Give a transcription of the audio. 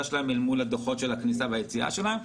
שלהם אל מול דוחות הכניסה והיציאה שלהם.